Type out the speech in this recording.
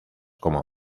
como